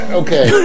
okay